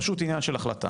פשוט עניין של החלטה